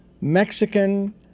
Mexican